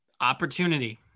Opportunity